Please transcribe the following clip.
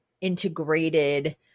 integrated